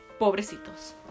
Pobrecitos